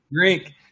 drink